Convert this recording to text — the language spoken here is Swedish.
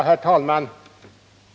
Herr talman!